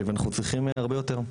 ואנחנו צריכים הרבה יותר,